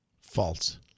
False